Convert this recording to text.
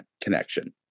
connection